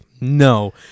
No